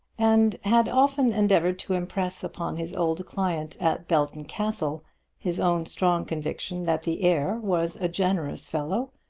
and had often endeavoured to impress upon his old client at belton castle his own strong conviction that the heir was a generous fellow,